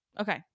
Okay